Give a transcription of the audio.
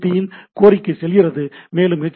பியின் கோரிக்கை செல்கிறது மற்றும் எச்